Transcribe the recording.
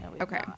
Okay